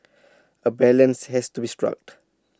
A balance has to be struck